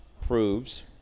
proves